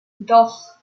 dos